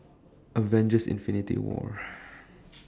avengers infinity war